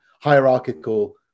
hierarchical